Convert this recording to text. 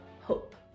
hope